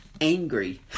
angry